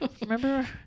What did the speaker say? Remember